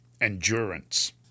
endurance